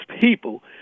people